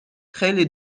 خیلی